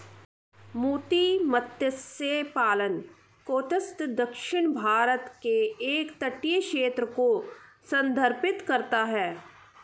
मोती मत्स्य पालन कोस्ट दक्षिणी भारत के एक तटीय क्षेत्र को संदर्भित करता है